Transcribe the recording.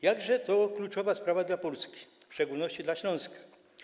Jakże to kluczowa sprawa dla Polski, w szczególności dla Śląska.